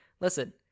listen